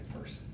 person